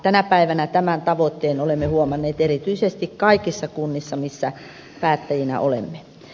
tänä päivänä tämän tavoitteen olemme huomanneet erityisesti kaikissa kunnissa missä päättäjinä olemme